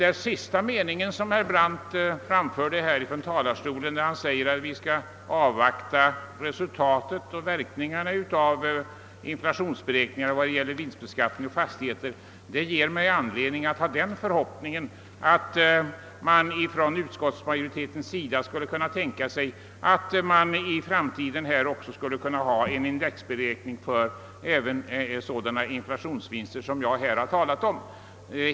Den sista delen av herr Brandts anförande, då han sade att vi skall avvakta resultaten och verkningarna av inflationsberäkningarna för vinstbeskattningen på fastigheter, inger mig förhoppningen att utskottsmajoriteten skulle kunna tänka sig att man i framtiden kan ha indexberäkning även för sådana inflationsvinster som jag här har talat om.